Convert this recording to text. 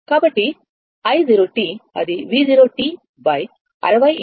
కాబట్టి i0 అది V0 60x 103 అవుతుంది